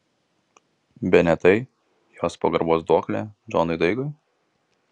bene tai jos pagarbos duoklė džonui daigui